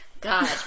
God